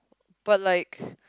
but like